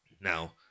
Now